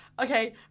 Okay